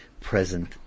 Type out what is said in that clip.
present